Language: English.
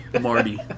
Marty